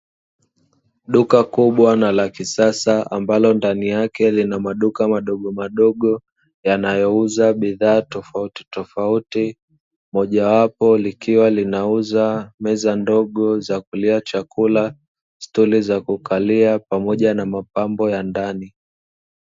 Duka kubwa na la kisasa ambalo ndani yake lina maduka madogomadogo; yanayouza bidhaa tofauti tofauti, mojawapo likiwa linauza: meza ndogo za kulia chakula, stuli za kukalia, pamoja na mapambo ya ndani.